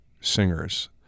singers